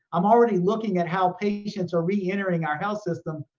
i'm already looking at how patients are reentering our health system.